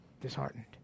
disheartened